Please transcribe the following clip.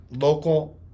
Local